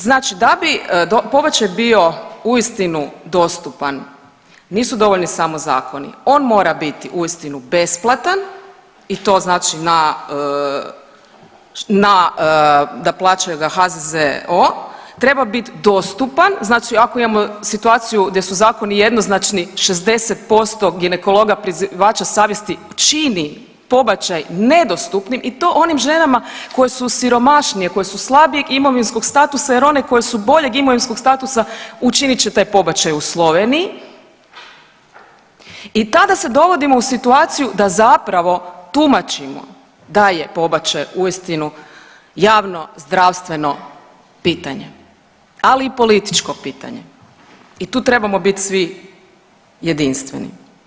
Znači da bi pobačaj bio uistinu dostupan nisu dovoljni samo zakoni, on mora biti uistinu besplatan i to znači na, na, da plaćaju ga HZZO, treba bit dostupan, znači ako imamo situaciju gdje su zakoni jednoznačni, 60% ginekologa prizivača savjesti čini pobačaj nedostupnim i to onim ženama koje su siromašnije, koje su slabijeg imovinskog statusa jer one koje su boljeg imovinskog statusa učinit će taj pobačaj u Sloveniji i tada se dovodimo u situaciju da zapravo tumačimo da je pobačaj uistinu javnozdravstveno pitanje, ali i političko pitanje i tu trebamo bit svi jedinstveni.